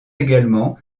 également